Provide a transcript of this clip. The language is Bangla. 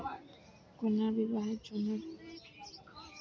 কন্যার বিবাহের জন্য ঋণ নিতে গেলে প্রমাণ স্বরূপ কী কী দেখাতে হবে?